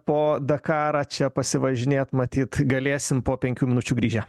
po dakarą čia pasivažinėt matyt galėsim po penkių minučių grįžę